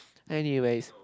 anyway